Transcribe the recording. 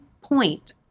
point